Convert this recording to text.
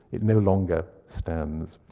it no longer stands.